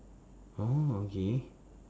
oh okay